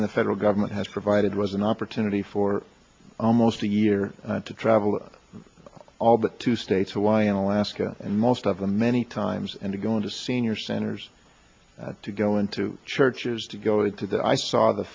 and the federal government has provided was an opportunity for almost a year to travel all but two states hawaii and alaska and most of them many times and to go into senior centers to go into church to go into that i saw the